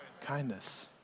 Kindness